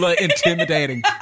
intimidating